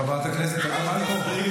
חברת הכנסת מלקו.